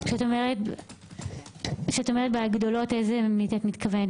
כשאת אומרת "בגדולות" לאיזה -- -את מתכוונת,